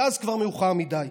כי אז כבר מאוחר מדי,